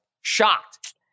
Shocked